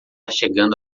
chegando